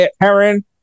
Heron